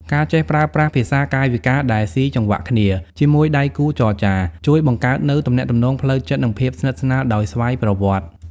ការចេះប្រើប្រាស់ "ភាសាកាយវិការដែលស៊ីចង្វាក់គ្នា" ជាមួយដៃគូចរចា ជួយបង្កើតនូវទំនាក់ទំនងផ្លូវចិត្ត និងភាពស្និទ្ធស្នាលដោយស្វ័យប្រវត្តិ។